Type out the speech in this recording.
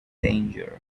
danger